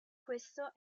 questo